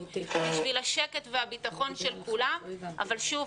בשביל השקט והביטחון של כולם אבל שוב,